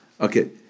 Okay